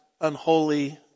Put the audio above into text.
unholy